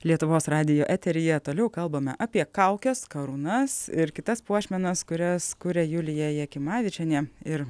lietuvos radijo eteryje toliau kalbame apie kaukes karūnas ir kitas puošmenas kurias kuria julija jakimavičienė ir